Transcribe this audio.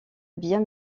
bien